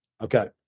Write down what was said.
Okay